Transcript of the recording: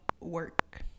work